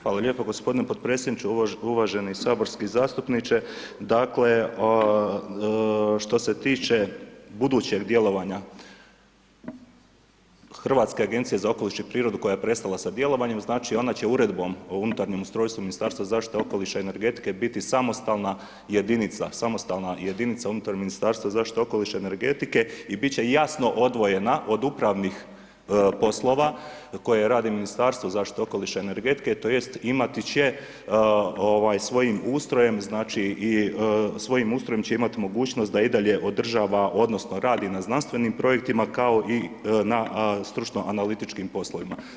Hvala lijepo g. potpredsjedniče, uvaženi saborski zastupniče, dakle, što se tiče budućeg djelovanja Hrvatske agencije za okoliš i prirodu koja je prestala sa djelovanjem, znači, ona će Uredbom o unutarnjem ustrojstvu Ministarstva zaštite okoliša i energetike biti samostalna jedinica, samostalna jedinica unutar Ministarstva zaštite okoliša i energetike i bit će jasno odvojena od upravnih poslova koje radi Ministarstvo zaštite okoliša i energetike tj. imati će svojim ustrojem, znači, i svojim ustrojem će imati mogućnost da i dalje održava odnosno radi na znanstvenim projektima, kao i na stručno analitičkim poslovima.